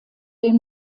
den